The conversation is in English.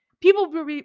people